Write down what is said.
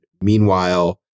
meanwhile